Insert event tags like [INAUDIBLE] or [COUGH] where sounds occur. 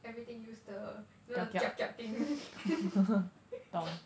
everything use the you know the kiap kiap thing [LAUGHS]